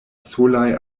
solaj